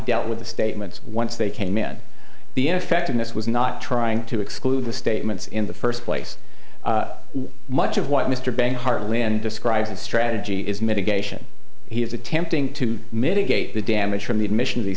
dealt with the statements once they came in the in effect and this was not trying to exclude the statements in the first place much of what mr bang heartland describes as strategy is mitigation he is attempting to mitigate the damage from the admission of these